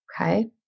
okay